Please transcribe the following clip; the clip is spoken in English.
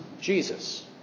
Jesus